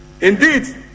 Indeed